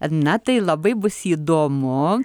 na tai labai bus įdomu